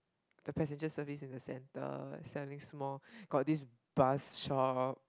the passenger service is in the centre selling small got this Buzz shop